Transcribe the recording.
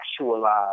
actualize